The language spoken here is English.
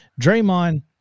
Draymond